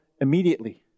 immediately